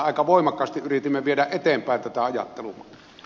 aika voimakkaasti yritimme viedä eteenpäin tätä ajattelua